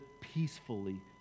peacefully